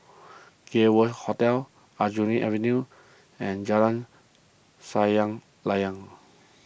Gay World Hotel Aljunied Avenue and Jalan Sayang Layang